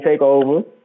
takeover